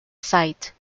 site